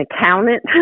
accountant